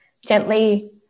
gently